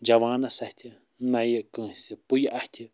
جوانَس اَتھِ نَیہِ کٲنٛسہِ پُیہِ اَتھِ